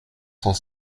cent